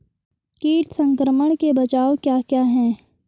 कीट संक्रमण के बचाव क्या क्या हैं?